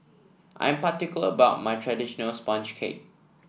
I'm particular about my traditional sponge cake